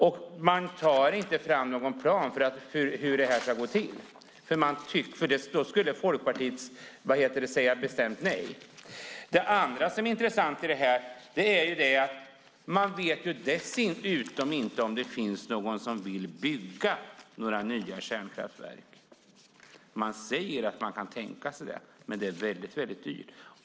Och man tar inte fram någon plan för hur avvecklingen ska gå till, för då skulle Folkpartiet säga bestämt nej. En annan sak som är intressant är att man heller inte vet om det finns någon som vill bygga några nya kärnkraftverk. Man säger att man kan tänka sig det, men det är väldigt dyrt.